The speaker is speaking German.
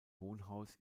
wohnhaus